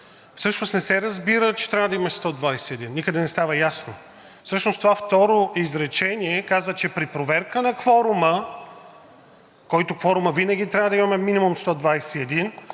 гласуване“, не се разбира, че трябва да има 121. Никъде не става ясно. Това второ изречение казва, че при проверка на кворума, в който кворум винаги трябва да имаме минимум 121,